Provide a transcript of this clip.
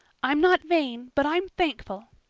i'm not vain, but i'm thankful.